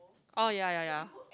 oh ya ya ya